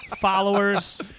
Followers